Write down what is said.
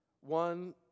one